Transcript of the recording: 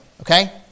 Okay